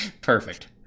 Perfect